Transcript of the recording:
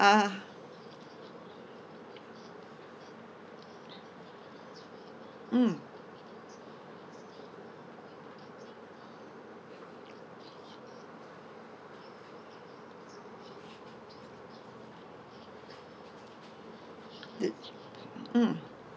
ah mm the mm